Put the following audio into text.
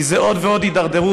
כי זאת עוד ועוד הידרדרות.